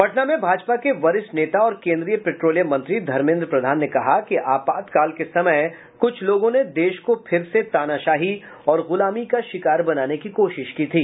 पटना में भाजपा के वरिष्ठ नेता और केन्द्रीय पेट्रोलियम मंत्री धर्मेन्द्र प्रधान ने कहा कि आपातकाल के समय कुछ लोगों ने देश को फिर से तानाशाही और गुलामी का शिकार बनाने की कोशिश की थी